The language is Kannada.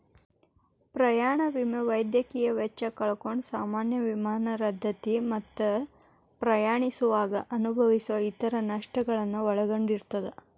ಪ್ರಯಾಣ ವಿಮೆ ವೈದ್ಯಕೇಯ ವೆಚ್ಚ ಕಳ್ಕೊಂಡ್ ಸಾಮಾನ್ಯ ವಿಮಾನ ರದ್ದತಿ ಮತ್ತ ಪ್ರಯಾಣಿಸುವಾಗ ಅನುಭವಿಸೊ ಇತರ ನಷ್ಟಗಳನ್ನ ಒಳಗೊಂಡಿರ್ತದ